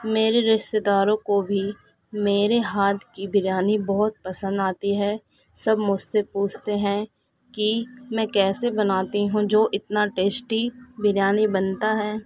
میرے رشتے داروں کو بھی میرے ہاتھ کی بریانی بہت پسند آتی ہے سب مجھ سے پوچھتے ہیں کہ میں کیسے بناتی ہوں جو اتنا ٹیسٹی بریانی بنتا ہے